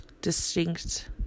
distinct